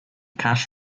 cash